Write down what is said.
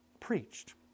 preached